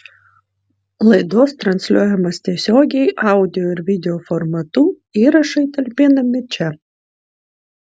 laidos transliuojamos tiesiogiai audio ir video formatu įrašai talpinami čia